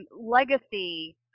legacy